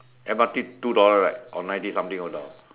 M_R_T two dollar right or ninety something over dollar